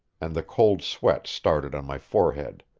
and the cold sweat started on my forehead.